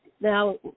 now